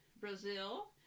Brazil